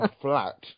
flat